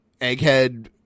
Egghead